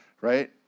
Right